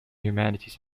humanities